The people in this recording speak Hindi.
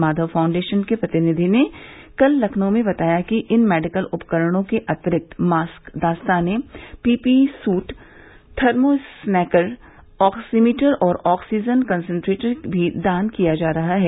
माधव फाण्डेशन के प्रतिनिधि ने कल लखनऊ में बताया कि इन मेडिकल उपकरणों के अतिरिक्त मास्क दस्ताने पीपीई सुट थर्मोस्नेकर ऑक्सीमीटर और ऑक्सीजन कंसेनट्रेटर भी दान किया जा रहा है